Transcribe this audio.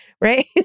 right